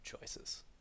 choices